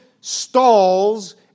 stalls